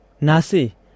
nasi